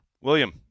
William